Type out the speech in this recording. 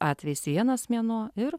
atvejais vienas mėnuo ir